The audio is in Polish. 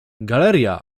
galeria